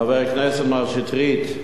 חבר הכנסת מר שטרית,